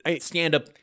stand-up